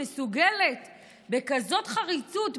מסוגלת בכזאת חריצות,